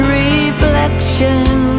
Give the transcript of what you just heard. reflection